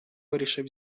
вирішив